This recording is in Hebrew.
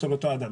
אצל אותו אדם.